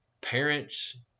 Parents